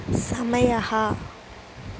समयः